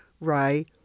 rye